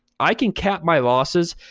i can cap my losses.